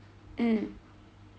mm